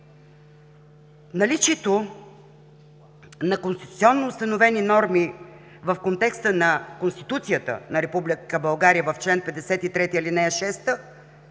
Наличието на конституционно установени норми в контекста на Конституцията на Република